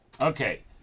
Okay